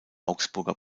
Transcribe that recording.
augsburger